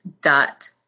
Dot